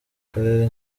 karere